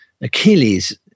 Achilles